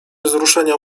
wzruszenia